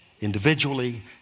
Individually